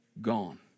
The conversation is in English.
gone